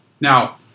Now